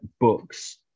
books